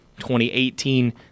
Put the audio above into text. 2018